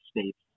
States